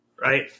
Right